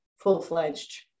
full-fledged